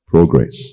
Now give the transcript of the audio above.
Progress